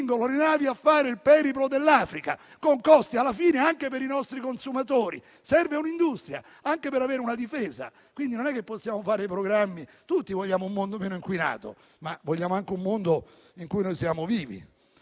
costringono le navi a fare il periplo dell'Africa con costi, alla fine, anche per i nostri consumatori. Serve un'industria anche per avere una difesa. Non possiamo fare programmi. Tutti vogliamo un mondo meno inquinato, ma anche un mondo in cui siamo vivi.